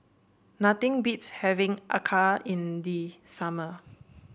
nothing beats having Acar in the summer